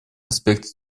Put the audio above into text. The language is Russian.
аспект